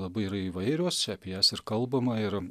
labai yra įvairios čia apie jas ir kalbama ir